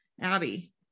Abby